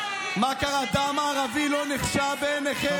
דם הערבי לא נחשב בעיניכם?